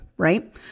right